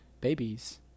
babies